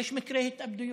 יש מקרי התאבדויות,